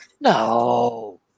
No